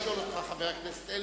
חבר הכנסת אלקין,